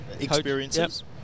experiences